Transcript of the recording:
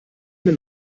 mir